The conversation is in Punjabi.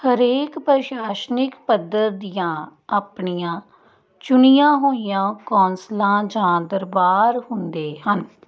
ਹਰੇਕ ਪ੍ਰਸ਼ਾਸਨਿਕ ਪੱਧਰ ਦੀਆਂ ਆਪਣੀਆਂ ਚੁਣੀਆਂ ਹੋਈਆਂ ਕੌਂਸਲਾਂ ਜਾਂ ਦਰਬਾਰ ਹੁੰਦੇ ਹਨ